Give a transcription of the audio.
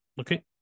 Okay